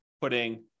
putting